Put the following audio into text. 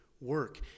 work